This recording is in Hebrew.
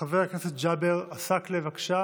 חבר הכנסת ג'אבר עסאקלה, בבקשה.